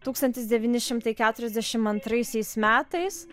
tūkstantis devyni šimtai keturiasdešim antraisiais metais